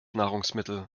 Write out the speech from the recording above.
nahrungsmittel